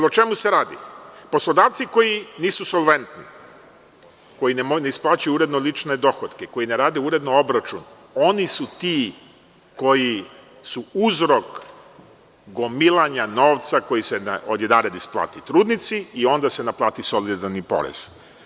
O čemu se radi? poslodavci koji nisu solventni, koji ne isplaćuju uredno lične dohotke, koji ne rade uredno obračun, oni su ti koji su uzrok gomilanja novca koji se odjedared isplati trudnici i onda se naplati solidarni porez.